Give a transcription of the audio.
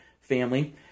family